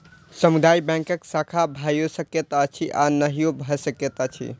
सामुदायिक बैंकक शाखा भइयो सकैत अछि आ नहियो भ सकैत अछि